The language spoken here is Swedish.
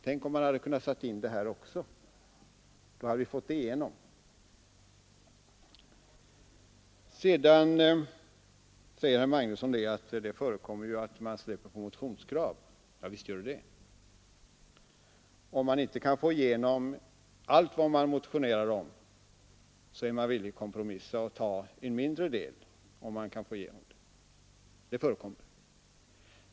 Tänk om man där hade kunnat ta med också detta! Då hade vi kunnat få det genomfört. Vidare säger herr Magnusson i Kristinehamn att det förekommer att man frånträder motionskrav. Javisst är det så. Om man inte kan få igenom allt vad man motionerar om kan man vara villig att kompromissa och nöja sig med att få en mindre del genomförd, om man kan få hjälp med det.